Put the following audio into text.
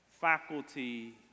faculty